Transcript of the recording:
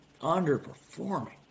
underperforming